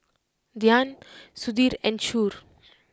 Dhyan Sudhir and Choor